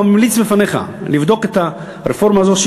אני ממליץ בפניך לבדוק את הרפורמה הזאת,